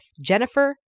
Jennifer